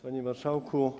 Panie Marszałku!